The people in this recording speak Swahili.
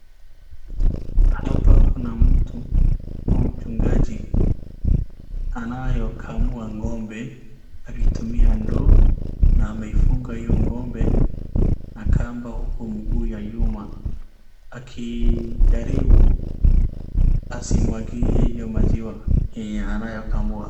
Hapa kuna mtu au mchungaji anayokamua ng'ombe akitumia ndoo na ameifunga hiyo ng'ombe na kamba huku mguu ya nyuma akijaribu asiimwagie hiyo maziwa yenye anayokamua.